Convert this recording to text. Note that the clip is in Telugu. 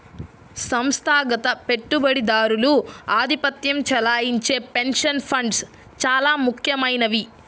సంస్థాగత పెట్టుబడిదారులు ఆధిపత్యం చెలాయించే పెన్షన్ ఫండ్స్ చాలా ముఖ్యమైనవి